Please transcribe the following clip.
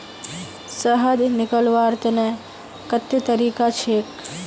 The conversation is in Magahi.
शहद निकलव्वार तने कत्ते तरीका छेक?